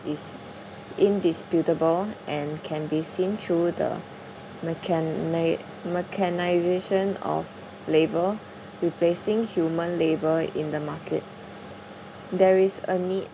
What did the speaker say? is indisputable and can be seen through the mechani~ mechanisation of labour replacing human labour in the market there is a need